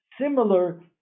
similar